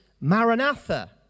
Maranatha